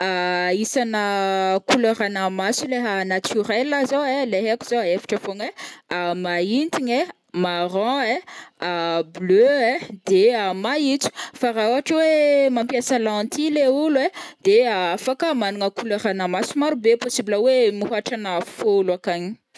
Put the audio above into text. Isana couleur-na maso leha naturel zao ai, le haiko zao ai, efatra fogna ai, maintigny ai, marron ai, bleu ai, de maintso fa raôhatra oe mampiasa lentille le ôlo ai de afaka magnana couleur na maso maro be, possible oe mihôtra na fôlo akagny.